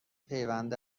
پیوند